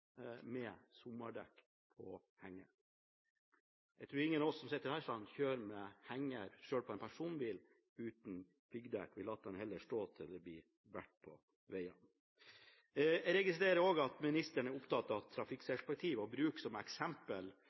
med sommerdekk på tilhengeren. Jeg tror ingen av oss som sitter her, kjører med tilhenger uten piggdekk, selv på en personbil. Vi lar den heller stå til det blir bart på veiene. Jeg registrer også at ministeren er opptatt trafikksikkerhetsperspektivet, og han bruker som eksempel